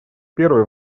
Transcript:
первой